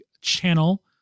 channel